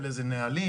בהתאם לאיזה נהלים,